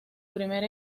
primer